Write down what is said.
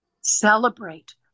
Celebrate